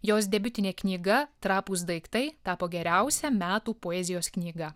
jos debiutinė knyga trapūs daiktai tapo geriausia metų poezijos knyga